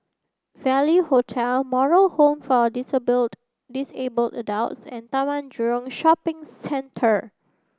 Value Hotel Moral Home for Dispute Disabled Adults and Taman Jurong Shopping Centre